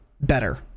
better